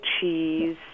cheese